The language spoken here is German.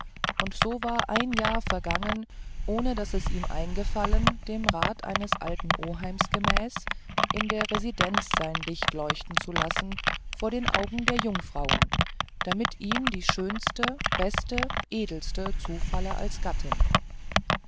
und so war ein jahr vergangen ohne daß es ihm eingefallen dem rat eines alten oheims gemäß in der residenz sein licht leuchten zu lassen vor den augen der jungfrauen damit ihm die schönste beste edelste zufalle als gattin